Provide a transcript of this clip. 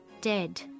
dead